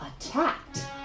attacked